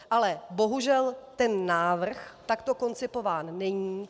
Ale bohužel, ten návrh takto koncipován není.